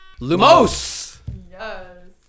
Lumos